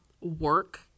work